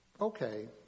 okay